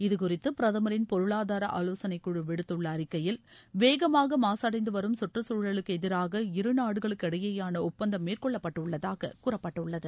இது குறித்து பிரதமரின் பொருளாதார ஆலோசனைக் குழு விடுத்துள்ள அறிக்கையில் வேகமாக மாசடைந்து வரும் சுற்றுகுழலுக்கு எதிராக இருநாடுகளுக்கு இடைபேயான ஒப்பந்தம் மேற்கொள்ளப்பட்டுள்ளதாக கூறப்பட்டுள்ளது